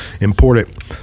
important